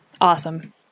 Awesome